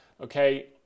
Okay